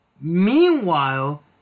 Meanwhile